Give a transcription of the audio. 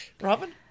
robin